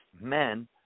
Men